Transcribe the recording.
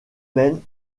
mêmes